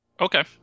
okay